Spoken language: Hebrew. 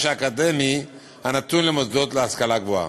האקדמי הנתון למוסדות להשכלה גבוהה.